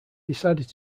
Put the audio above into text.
decided